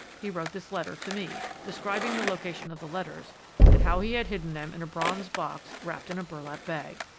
he wrote this letter to me, describing the location of the letters and how he had hidden them in a bronze box wrapped in a burlap bag.